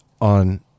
on